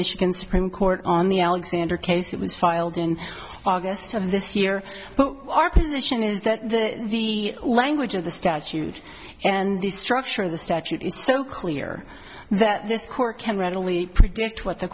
michigan supreme court on the alexander case that was filed in august of this year but our position is that the language of the statute and the structure of the statute is so clear that this court can readily predict what the